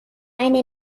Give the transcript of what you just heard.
eine